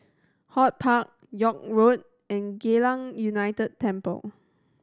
HortPark York Road and Geylang United Temple